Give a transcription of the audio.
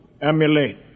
emulate